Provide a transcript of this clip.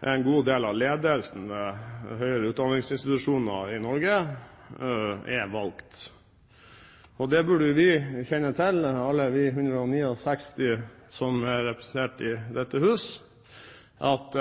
en god del av ledelsen ved høyere utdanningsinstitusjoner i Norge er valgt. Det burde vi kjenne til, alle vi 169 som er representert i dette hus, at